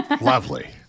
Lovely